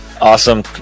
Awesome